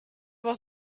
was